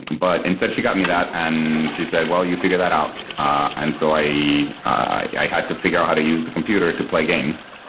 but instead she got me that, and she said, well, you figure that out. and so i i had to figure out how to use the computer to play games.